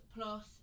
plus